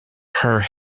her